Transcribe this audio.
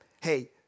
Hey